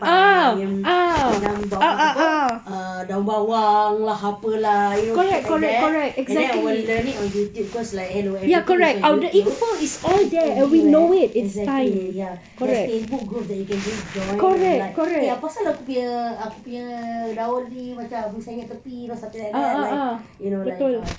thyme tanam apa err daun bawang lah apa lah you know shit like that and then I will learn it on youtube cause like hello everything is on youtube so it's everywhere exactly ya there's facebook groups you can just join and like eh apa pasal aku punya aku punya daun ni macam senget tepi or something like that you know like